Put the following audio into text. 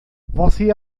você